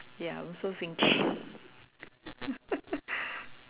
ya I'm also thinking